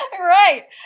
Right